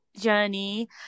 journey